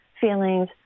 feelings